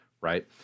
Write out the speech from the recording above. Right